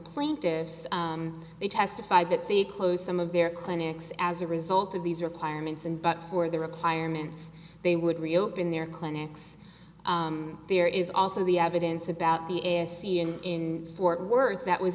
plaintiffs they testified that the close some of their clinics as a result of these requirements and but for the requirements they would reopen their clinics there is also the evidence about the s c in fort worth that was